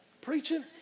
preaching